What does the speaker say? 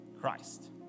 Christ